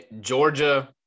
Georgia